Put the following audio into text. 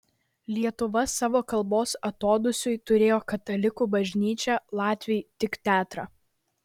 lietuva savo kalbos atodūsiui turėjo katalikų bažnyčią latviai tik teatrą